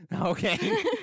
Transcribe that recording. Okay